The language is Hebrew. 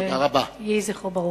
יהי זכרו ברוך.